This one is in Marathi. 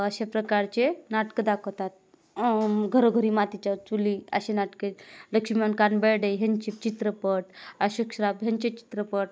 अशा प्रकारचे नाटकं दाखवतात घरोघरी मातीच्या चुली असे नाटके लक्ष्मीकांत बेर्डे ह्यांचे चित्रपट आशोक सराफ ह्यांचे चित्रपट